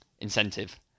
incentive